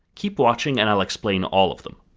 keep watching and i will explain all of them.